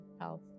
health